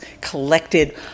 collected